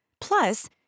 Plus